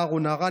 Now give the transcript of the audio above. נער או נערה,